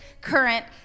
current